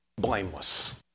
blameless